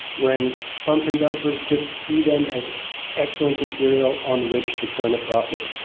when pump and dumpers just see them as excellent material on which to turn a profit.